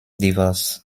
divorce